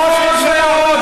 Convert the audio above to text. עוד ועוד.